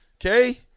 Okay